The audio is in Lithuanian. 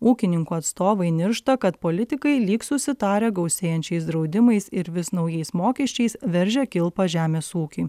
ūkininkų atstovai niršta kad politikai lyg susitarę gausėjančiais draudimais ir vis naujais mokesčiais veržia kilpą žemės ūkiui